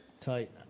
Tight